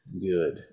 good